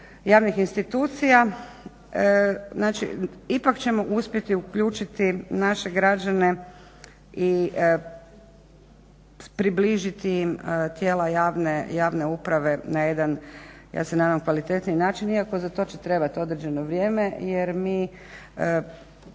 javnih institucija, znači ipak ćemo uspjeti uključiti naše građane i približiti im tijela javne uprave na jedan, ja se nadam kvalitetniji način iako za to će trebat određeno vrijeme jer mi